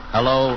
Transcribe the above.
Hello